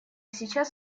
сейчас